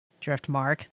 Driftmark